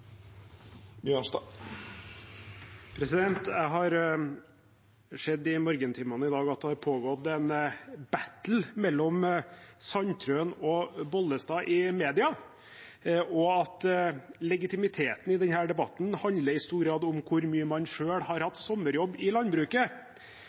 Jeg har sett i morgentimene i dag at det har pågått en «battle» mellom Sandtrøen og Bollestad i mediene, og at legitimiteten i denne debatten i stor grad handler om hvor mye man selv har